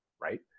right